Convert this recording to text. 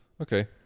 Okay